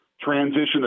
transition